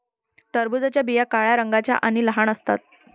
टरबूजाच्या बिया काळ्या रंगाच्या आणि लहान असतात